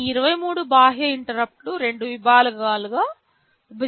ఈ 23 బాహ్య ఇంటరుప్పుట్లు రెండు విభాగాలుగా విభజించబడ్డాయి